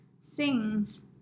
sings